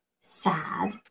sad